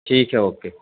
ٹھیک ہے اوکے